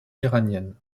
iranienne